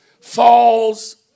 falls